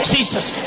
Jesus